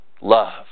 love